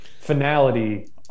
finality